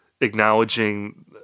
acknowledging